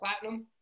platinum